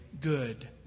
good